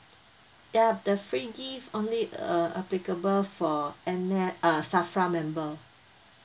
ya the free gift only uh applicable for N_S uh SAFRA member